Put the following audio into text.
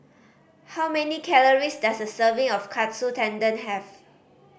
how many calories does a serving of Katsu Tendon have